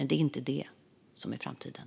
Det är inte det som är framtiden.